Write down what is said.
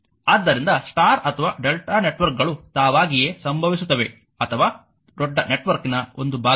ಆದ್ದರಿಂದ ಸ್ಟಾರ್ ಅಥವಾ Δ ನೆಟ್ವರ್ಕ್ಗಳು ತಾವಾಗಿಯೇ ಸಂಭವಿಸುತ್ತವೆ ಅಥವಾ ದೊಡ್ಡ ನೆಟ್ವರ್ಕ್ನ ಒಂದು ಭಾಗವಾಗಿದೆ